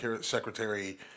secretary